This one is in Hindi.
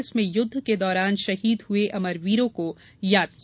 इसमें युद्ध के दौरान शहीद हुए अमरवीरों को याद किया